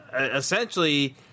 essentially